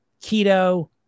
keto